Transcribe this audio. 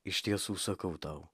iš tiesų sakau tau